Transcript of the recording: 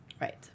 Right